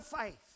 faith